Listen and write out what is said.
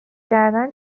کردن